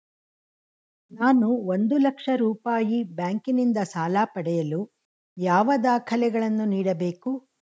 ನಾನು ಒಂದು ಲಕ್ಷ ರೂಪಾಯಿ ಬ್ಯಾಂಕಿನಿಂದ ಸಾಲ ಪಡೆಯಲು ಯಾವ ದಾಖಲೆಗಳನ್ನು ನೀಡಬೇಕು?